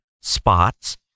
spots